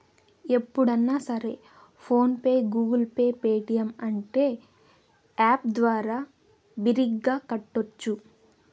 ఎప్పుడన్నా సరే PhonePe Google Pay Paytm అంటే యాప్ ద్వారా బిరిగ్గా కట్టోచ్చు